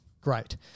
great